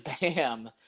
Bam